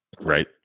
Right